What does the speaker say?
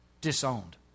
disowned